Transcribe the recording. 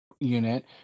unit